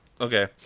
Okay